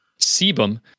sebum